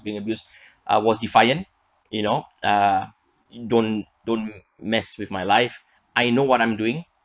being abused uh was defiant you know uh don't don't mess with my life I know what I'm doing